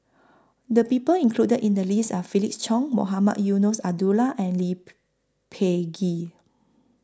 The People included in The list Are Felix Cheong Mohamed Eunos Abdullah and Lee Peh Gee